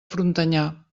frontanyà